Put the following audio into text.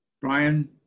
Brian